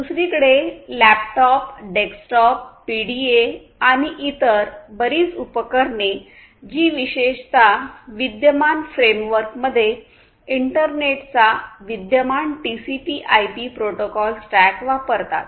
दुसरीकडे laptop desktop PDA आणि इतर बरीच उपकरणे जी विशेषत विद्यमान फ्रेमवर्कमध्ये इंटरनेटचा विद्यमान टीसीपी आयपी प्रोटोकॉल स्टॅक वापरतात